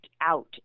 out